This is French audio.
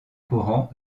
courant